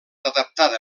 adaptada